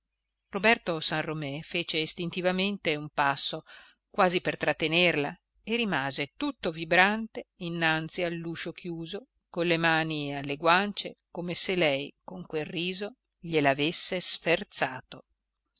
roberto san romé fece istintivamente un passo quasi per trattenerla e rimase tutto vibrante innanzi all'uscio chiuso con le mani alle guance come se lei con quel riso gliel'avesse sferzato